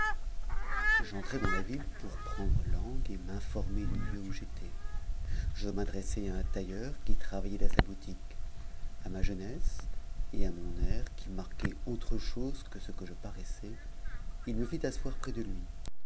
j'entrai dans la ville pour prendre langue et m'informer du lieu où j'étais je m'adressai à un tailleur qui travaillait à sa boutique à ma jeunesse et à mon air qui marquait autre chose que ce que je paraissais il me fit asseoir près de lui